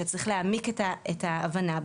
שצריך להעמיק את ההבנה בו,